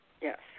Yes